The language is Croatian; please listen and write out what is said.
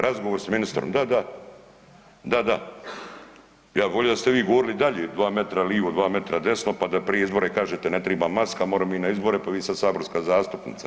Razgovor s ministrom da, da, ja bi volio da ste vi govorili dalje dva metra livo, dva metra desno pa da prije izbora kažete ne triba maska moremo mi na izbore pa vi ste sad saborska zastupnica.